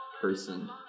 person